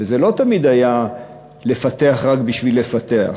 וזה לא תמיד היה לפתח רק בשביל לפתח,